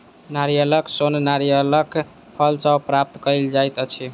नारियलक सोन नारियलक फल सॅ प्राप्त कयल जाइत अछि